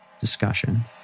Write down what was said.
discussion